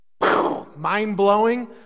mind-blowing